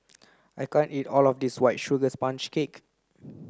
I can't eat all of this white sugar sponge cake